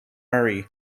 murray